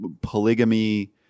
polygamy